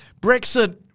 Brexit